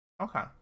Okay